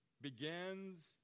begins